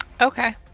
Okay